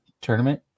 tournament